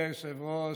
נכבדי היושב-ראש,